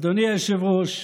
אדוני היושב-ראש,